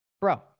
bro